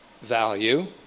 value